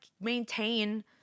maintain